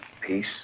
peace